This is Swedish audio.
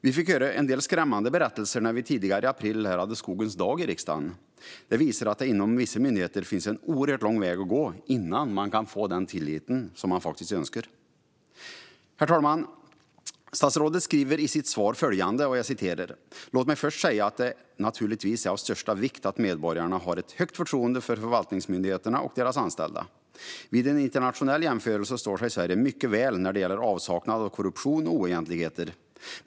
Vi fick höra en del skrämmande berättelser när vi tidigare i april hade Skogens dag här i riksdagen. Det visar att det inom vissa myndigheter finns en oerhört lång väg att gå innan man kan få den tillit man önskar. Herr talman! I sitt svar säger statsrådet följande: "Låt mig först säga att det naturligtvis är av största vikt att medborgarna har ett högt förtroende för förvaltningsmyndigheterna och deras anställda. Vid en internationell jämförelse står sig Sverige mycket väl när det gäller avsaknad av korruption och oegentligheter.